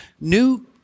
new